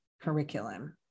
curriculum